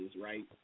right